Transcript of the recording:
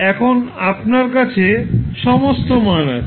এখন আপনার কাছে সমস্ত মান আছে